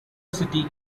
city